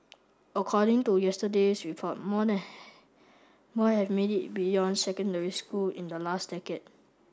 according to yesterday's report more than more have made it beyond secondary school in the last decade